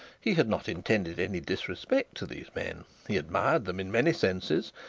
he had not intended any disrespect to these men. he admired them in many senses,